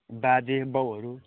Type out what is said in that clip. बाजे बाउहरू